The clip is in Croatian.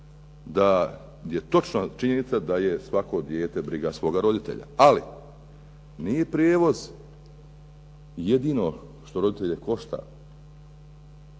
da je točna činjenica da je svako dijete briga svoga roditelja, ali nije prijevoz jedino što roditelje košta